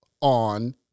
on